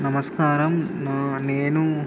నమస్కారం నేను